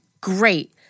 great